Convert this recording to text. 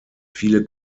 viele